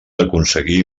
aconseguir